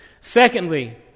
Secondly